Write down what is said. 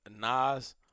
Nas